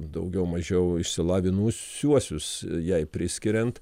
daugiau mažiau išsilavinusiuosius jai priskiriant